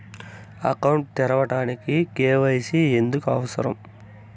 Account తెరవడానికి, KYC ఎందుకు అవసరం?